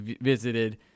visited